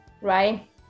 right